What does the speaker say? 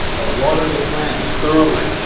i water the plants thoroughly,